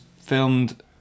filmed